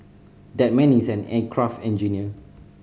that man is an aircraft engineer